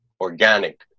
organic